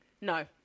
No